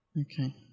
Okay